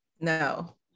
no